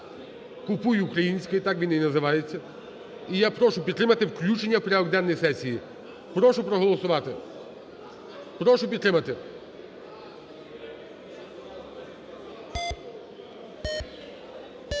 "Купуй українське" , так він і називається. І я прошу підтримати включення в порядок денний сесії. Прошу проголосувати, прошу підтримати.